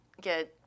get